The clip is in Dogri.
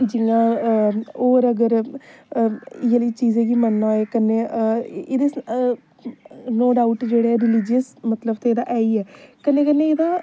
जियां होर अगर इ'यै लेही चीजें गी मन्नना होऐ कन्नै एहदे नो डाउट जेह्ड़े रलीजियस मतलब ते है ही ऐ कन्नै कन्नै एहदा